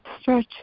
stretch